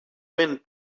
wind